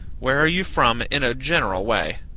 where are you from in a general way?